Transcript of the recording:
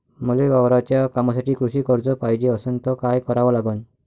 मले वावराच्या कामासाठी कृषी कर्ज पायजे असनं त काय कराव लागन?